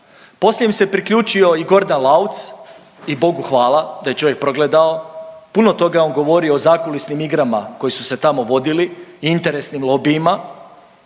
Poslije im se priključio i Gordan Lauc i Bogu hvala da je čovjek progledao, puno toga je on govorio o zakulisnim igrama koji su se tamo vodili i interesnim lobijima,